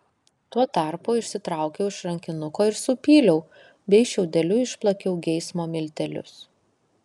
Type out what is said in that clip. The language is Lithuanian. tuo tarpu išsitraukiau iš rankinuko ir supyliau bei šiaudeliu išplakiau geismo miltelius